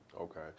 okay